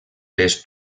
les